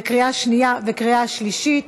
בקריאה שנייה ובקריאה שלישית.